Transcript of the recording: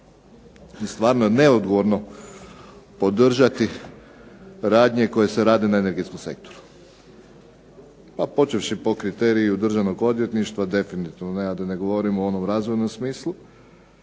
i stvarno je neodgovorno podržati radnje koje se rade na energetskom sektoru. Pa počevši po kriteriju državnog odvjetništva definitivno ne, a da ne govorimo o onom razvojnom smislu